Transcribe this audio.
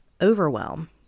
overwhelm